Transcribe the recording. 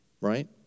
right